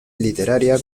literaria